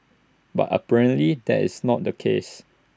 but apparently that is not the case